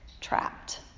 trapped